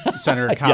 Senator